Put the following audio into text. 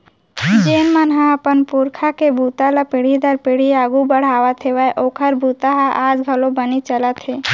जेन मन ह अपन पूरखा के बूता ल पीढ़ी दर पीढ़ी आघू बड़हात हेवय ओखर बूता ह आज घलोक बने चलत हे